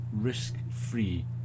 risk-free